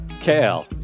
kale